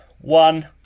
One